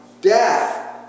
death